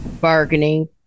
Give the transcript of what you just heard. bargaining